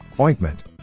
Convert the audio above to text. Ointment